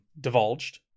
divulged